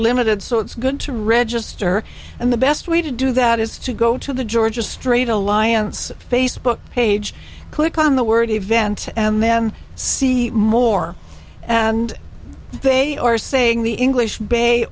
limited so it's good to register and the best way to do that is to go to the georgia straight alliance facebook page click on the word event and then see more and they are saying the english bay